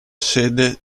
sede